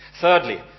Thirdly